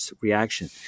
reaction